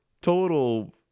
total